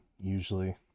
usually